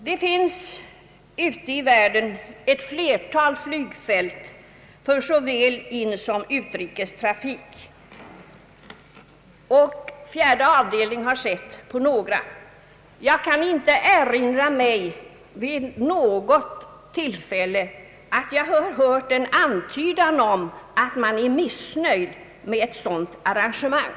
Det finns ute i världen ett flertal flygfält för såväl inrikes som utrikes trafik, och statsutskottets fjärde avdelning har studerat några. Jag kan inte erinra mig att jag vid något tillfälle har hört en antydan om att man varit missnöjd med ett sådant arrangemang.